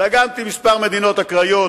דגמתי מספר מדינות אקראיות,